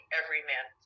everyman